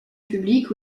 public